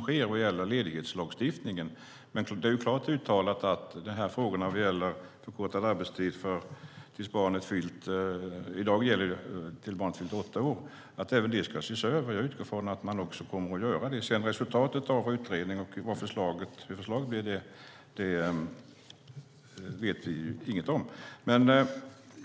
sker vad gäller ledighetslagstiftningen, men det är klart uttalat att frågan om förkortad arbetstid, i dag tills barnet fyllt åtta år, ska ses över. Jag utgår från att man också kommer att göra det. Hur resultatet av utredningen och förslaget blir vet vi ännu inget om.